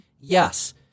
Yes